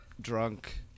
drunk